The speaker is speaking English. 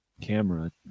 camera